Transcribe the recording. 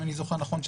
אם אני זוכר נכון,